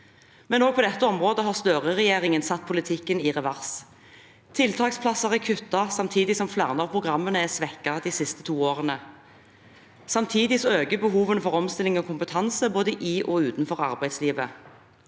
Også på dette området har Støre-regjeringen satt politikken i revers. Det er kuttet i tiltaksplasser, og flere av programmene er svekket de to siste årene. Samtidig øker behovene for omstilling og kompetanse både i og utenfor arbeidslivet.